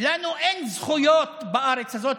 לנו אין זכויות בארץ הזאת,